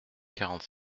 quarante